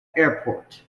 airport